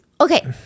Okay